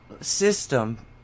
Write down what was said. system